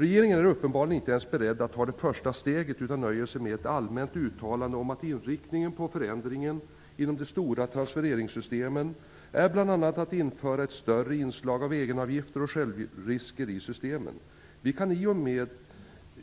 Regeringen är uppenbarligen inte ens beredd att ta det första steget, utan nöjer sig med ett allmänt uttalande om att inriktningen på förändringen inom de stora transfereringssystemen bl.a. är att införa ett större inslag av egenavgifter och självrisker i systemen. Vi kan